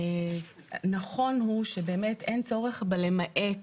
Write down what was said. נכון הוא שבאמת אין צורך ב-למעט